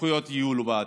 יהיו לו בעתיד.